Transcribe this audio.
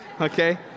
Okay